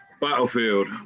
Battlefield